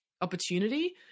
opportunity